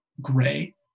Gray